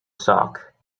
sock